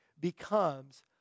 becomes